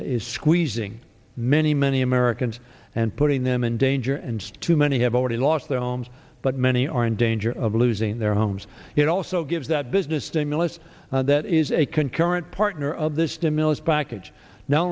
is squeezing many many americans and putting them in danger and too many have already lost their homes but many are in danger of losing their homes it also gives that business stimulus that is a concurrent partner of this stimulus package no